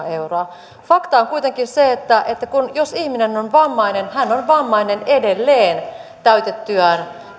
euroa fakta on kuitenkin se että että jos ihminen on vammainen hän on vammainen edelleen täytettyään